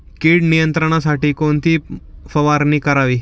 कीड नियंत्रणासाठी कोणती फवारणी करावी?